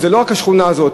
זאת לא רק השכונה הזאת,